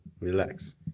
relax